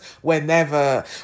whenever